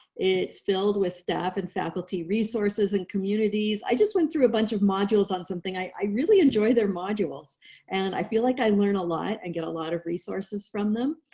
it's filled with staff and faculty resources and communities. i just went through a bunch of modules on something. i really enjoyed their modules and i feel like i learned a lot and get a lot of resources from them.